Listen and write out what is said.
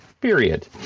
Period